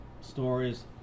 stories